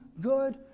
good